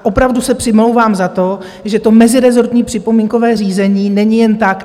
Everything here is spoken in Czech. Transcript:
Opravdu se přimlouvám za to, že to mezirezortní připomínkové řízení není jen tak.